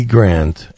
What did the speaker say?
Grant